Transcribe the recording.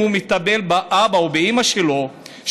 אם הוא מטפל באבא או באימא שלו,